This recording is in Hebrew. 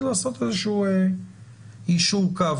ולעשות יישור קו.